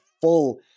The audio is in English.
full